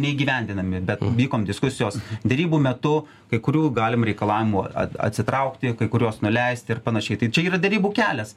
neįgyvendinami bet vykom diskusijos derybų metu kai kurių galim reikalavimų at atsitraukti kai kuriuos nuleisti ir panašiai tai čia yra derybų kelias